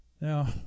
Now